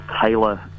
Taylor